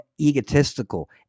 egotistical